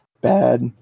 bad